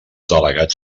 delegats